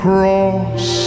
cross